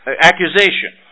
accusation